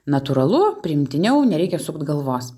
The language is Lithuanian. natūralu priimtiniau nereikia sukt galvos